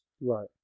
Right